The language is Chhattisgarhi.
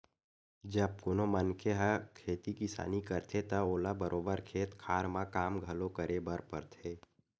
जब कोनो मनखे ह खेती किसानी करथे त ओला बरोबर खेत खार म काम घलो करे बर परथे